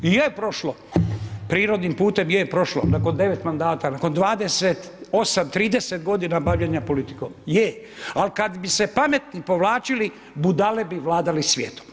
I je prošlo, prirodnim putem je prošlo, nakon 9 mandata, nakon 28, 30 godina bavljenja politikom, je, ali kad bi se pametni povlačili, budale bi vladale svijetom.